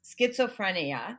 schizophrenia